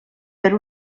per